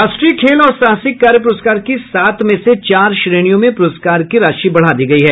राष्ट्रीय खेल और साहसिक कार्य पुरस्कार की सात में से चार श्रेणियों में प्रस्कार की राशि बढ़ा दी गई है